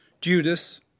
Judas